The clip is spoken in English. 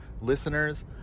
listeners